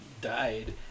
died